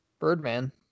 Birdman